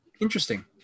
Interesting